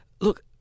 Look